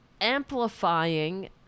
amplifying